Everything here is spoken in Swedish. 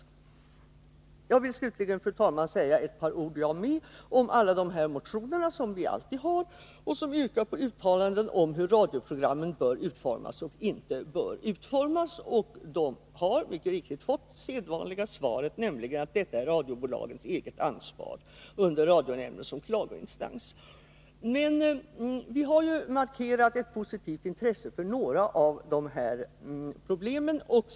Slutligen vill även jag, fru talman, säga ett par ord om alla de motioner som vi alltid brukar ha att behandla och som yrkar på uttalanden om hur radioprogrammen bör utformas eller inte bör utformas. Motionärerna har mycket riktigt fått det sedvanliga svaret att radiobolagen själva har ansvaret, med radionämnden som klagoinstans. Men vi har markerat ett positivt intresse för några av problemen.